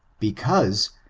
because,